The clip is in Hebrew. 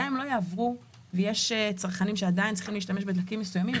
גם אם לא יעברו ויש עדיין צרכנים שצריכים להשתמש בדלקים מסוימים,